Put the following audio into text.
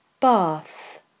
Bath